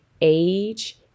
age